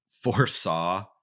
foresaw